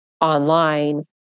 online